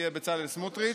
יהיה בצלאל סמוטריץ'.